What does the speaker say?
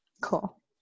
Cool